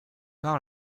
par